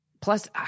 Plus